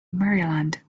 maryland